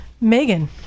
Megan